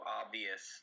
obvious